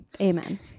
Amen